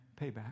payback